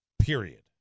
Period